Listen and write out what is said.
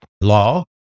law